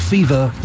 Fever